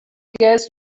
guess